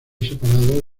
separado